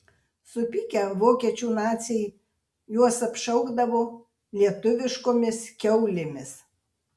supykę vokiečių naciai juos apšaukdavo lietuviškomis kiaulėmis